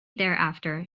thereafter